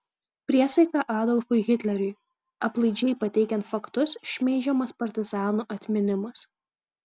priesaika adolfui hitleriui aplaidžiai pateikiant faktus šmeižiamas partizanų atminimas